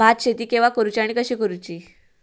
भात शेती केवा करूची आणि कशी करुची?